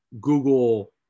Google